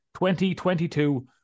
2022